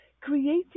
creative